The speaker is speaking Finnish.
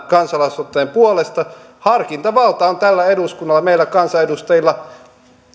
kansalaisaloitteen puolesta harkintavalta on tällä eduskunnalla meillä kansanedustajilla